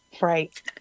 right